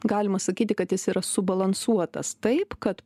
galima sakyti kad jis yra subalansuotas taip kad